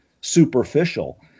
superficial